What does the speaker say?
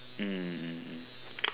mm mm mm mm